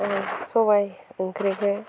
सबाय ओंख्रिखौ